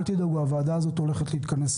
אל תדאגו, הוועדה הזאת הולכת להתכנס